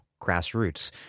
grassroots